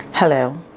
Hello